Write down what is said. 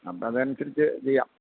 നമുക്ക് അതനുസരിച്ച് ചെയ്യാം